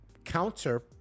counter